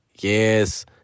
Yes